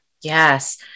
Yes